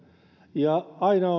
ja aina